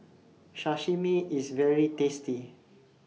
Sashimi IS very tasty